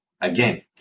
Again